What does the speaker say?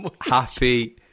happy